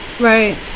Right